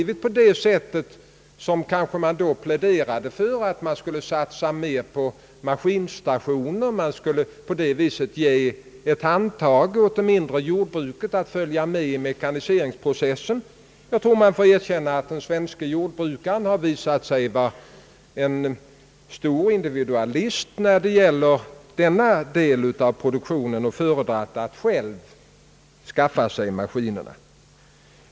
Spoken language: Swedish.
Det har inte blivit som man då pläderade för, att man skulle satsa mer på maskinstationer för att ge ett handtag åt det mindre jordbruket att följa med i mekaniseringsprocessen. Man får erkänna, att den svenske jordbrukaren visat sig vara en stor individualist när det gäller denna del av produktionen. Han har föredragit att själv skaffa sig maskiner.